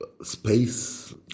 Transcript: space